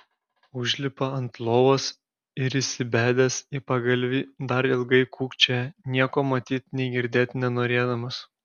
užlipa ant lovos ir įsibedęs į pagalvį dar ilgai kūkčioja nieko matyt nei girdėt nenorėdamas